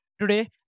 Today